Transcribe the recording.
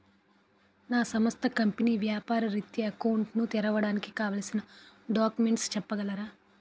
నా సంస్థ కంపెనీ వ్యాపార రిత్య అకౌంట్ ను తెరవడానికి కావాల్సిన డాక్యుమెంట్స్ చెప్పగలరా?